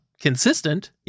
consistent